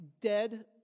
dead